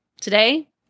Today